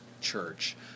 church